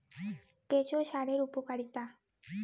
কেঁচো সারের উপকারিতা?